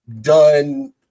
done